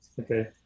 Okay